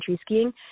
skiing